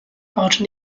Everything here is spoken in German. baute